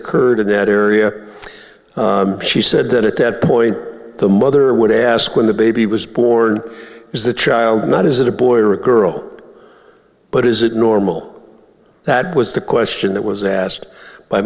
occurred in that area she said that at that point the mother would ask when the baby was born is the child not is it a boy or a girl but is it normal that was the question that was asked